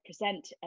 present